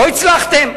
לא הצלחתם.